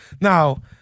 Now